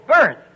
birth